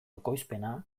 ekoizpena